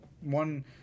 one